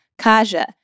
Kaja